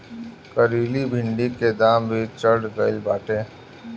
करइली भिन्डी के दाम भी चढ़ गईल बाटे